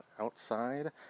outside